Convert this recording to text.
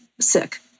sick